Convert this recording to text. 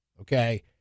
okay